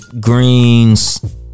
Greens